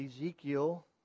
Ezekiel